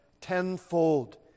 tenfold